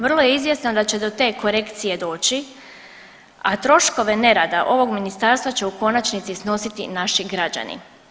Vrlo je izvjesno da će do te korekcije doći, a troškove nerada ovog ministarstva će u konačnici snositi naši građani.